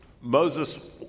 Moses